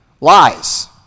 lies